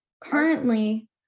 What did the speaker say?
currently